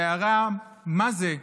"וההערה 'מה זה,